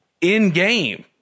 In-game